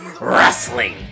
Wrestling